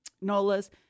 NOLA's